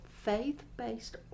faith-based